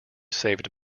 saved